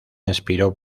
inspiró